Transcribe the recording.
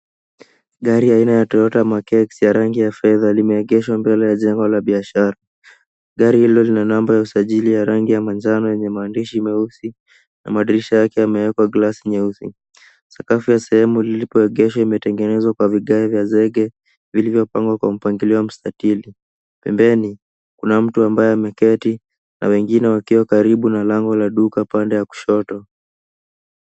Gari aina ya Toyota Mark X ya rangi ya fedha limeekeshwa mbele ya jengo la biashara. Gari hilo lina namba ya usajili ya rangi ya manjano yenye maandishi meusi na madirisha yake yamewekwa glasi nyeusi. Sakafu ya sehemu lilipoegeshwa imetengenezwa kwa vigae vya zege vilivyopangwa kwa mpangilio wa mstatili. Pembeni kuna mtu ambaye ameketi na wengine wakiwa karibu na lango la duka pande ya kushoto.